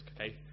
Okay